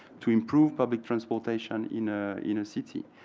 to improve public transportation in a you know city?